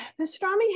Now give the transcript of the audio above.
pastrami